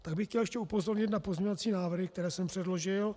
Pak bych chtěl ještě upozornit na pozměňovací návrhy, které jsem předložil.